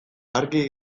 argi